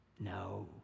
No